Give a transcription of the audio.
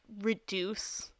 reduce